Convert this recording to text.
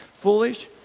foolish